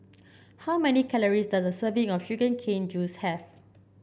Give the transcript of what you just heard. how many calories does a serving of Sugar Cane Juice have